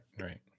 right